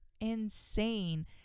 insane